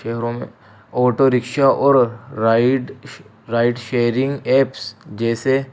شہروں میں auto rickshaw اور رائڈ رائڈ شیئرنگ ایپس جیسے